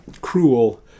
cruel